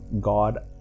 God